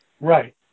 Right